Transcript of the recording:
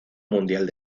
mundial